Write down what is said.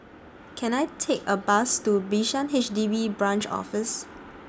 Can I Take A Bus to Bishan H D B Branch Office